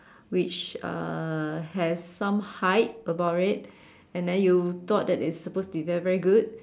which uh has some hype about it and then you thought that it is supposed to be very very good